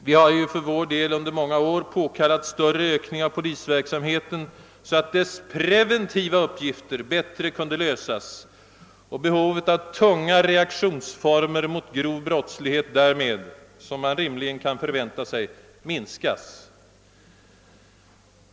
Vi har för vår del under många år påkallat större ökning av polisverksamheten för att dess preventiva uppgifter bättre skulle kunna fullgöras och behovet av tunga reaktionsformer mot grov brottslighet därmed, som man rimligen kan förvänta sig, minskas.